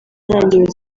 ntangiriro